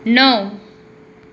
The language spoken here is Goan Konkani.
णव